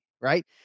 Right